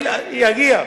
יגיע.